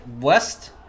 West